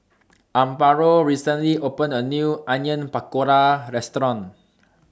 Amparo recently opened A New Onion Pakora Restaurant